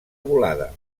volada